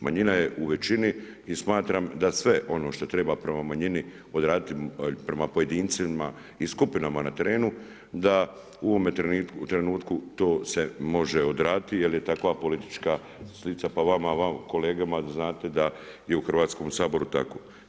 Manjina je u većini i smatram da sve ono što treba prema manjini odraditi, prema pojedincima i skupinama na terenu, da u ovome trenutku to se može odraditi jer je takva politička slika pa vama kolegama da znate da je u Hrvatskom saboru tako.